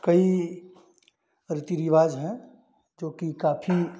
कई रीति रिवाज है जोकि काफ़ी